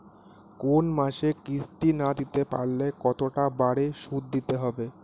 কোন মাসে কিস্তি না দিতে পারলে কতটা বাড়ে সুদ দিতে হবে?